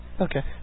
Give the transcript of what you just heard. Okay